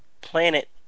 planet